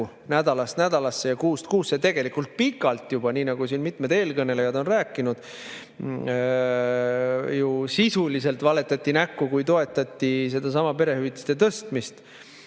nädalast nädalasse ja kuust kuusse, tegelikult pikalt juba, nii nagu mitmed eelkõnelejad on rääkinud. Sisuliselt valetati näkku [juba siis], kui toetati sedasama perehüvitiste tõstmist.